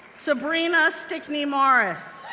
sebrina stickney morris,